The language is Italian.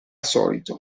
solito